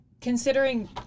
considering